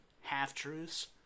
half-truths